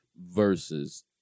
versus